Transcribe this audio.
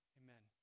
amen